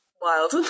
wild